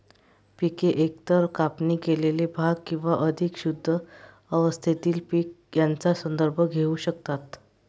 पिके एकतर कापणी केलेले भाग किंवा अधिक शुद्ध अवस्थेतील पीक यांचा संदर्भ घेऊ शकतात